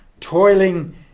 toiling